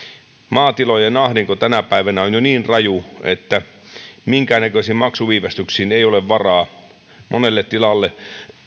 maatilojen ahdinko tänä päivänä on jo niin raju että minkäännäköisiin maksuviivästyksiin ei ole varaa monelle tilalle